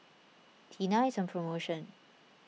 Tena is on promotion